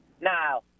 Now